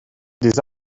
des